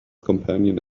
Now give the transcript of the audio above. companion